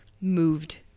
moved